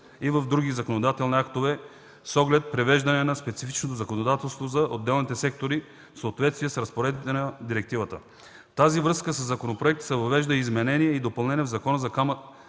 и в други законодателни актове с оглед привеждане на специфичното законодателство за отделните сектори в съответствие с разпоредбите на директивата. В тази връзка със законопроекта се въвеждат и изменения и допълнения в Закона за Камарата